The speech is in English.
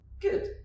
Good